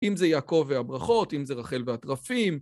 אם זה יעקב והברכות, אם זה רחל והתרפים.